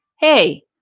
Hey